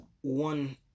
one